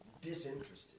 disinterested